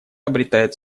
обретает